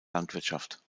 landwirtschaft